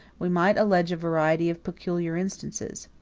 we might allege a variety of particular instances.